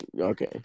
Okay